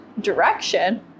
direction